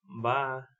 Bye